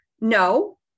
no